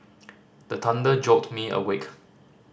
the thunder jolt me awake